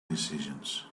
decisions